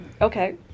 Okay